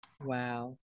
wow